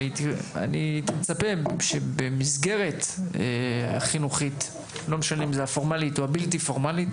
הייתי מצפה שבמסגרת חינוכית לא משנה אם זו הפורמלית או הבלתי פורמלית